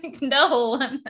No